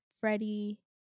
Freddie